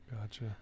Gotcha